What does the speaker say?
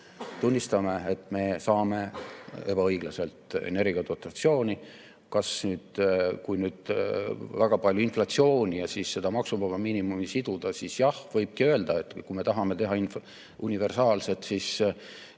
Tunnistame, et me saame ebaõiglaselt energiadotatsiooni. Kui nüüd väga palju inflatsiooni ja seda maksuvaba miinimumi siduda, siis jah, võibki öelda, et kui me tahame teha universaalset